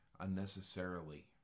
unnecessarily